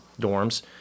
dorms